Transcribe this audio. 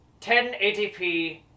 1080p